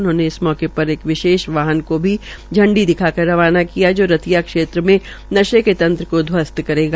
उन्होंने इस मौके पर एक विशेष वाहन को भी हरी झंडी दिखाकर रवाना किया जो रतिया क्षेत्र में नर्शे के तंत्र को धवस्त करेगा